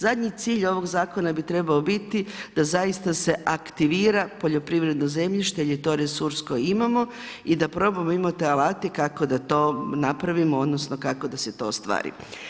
Zadnji cilj ovog zakona bi trebao biti da zaista se aktivira poljoprivredno zemljište jer je to resurs koji imamo i da probamo imati alate kako da to napravimo, odnosno, kako da se to ostvari.